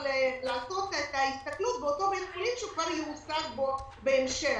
לעשות את ההסתכלות באותו בית החולים שהוא יועסק בו בהמשך.